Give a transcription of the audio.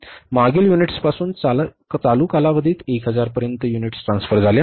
मागील युनिट्सपासून चालू कालावधीत 1000 पर्यंत युनिट्स ट्रान्सफर झाल्या